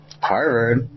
Harvard